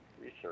research